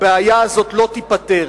הבעיה הזאת לא תיפתר,